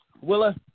Willa